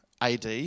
AD